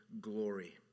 glory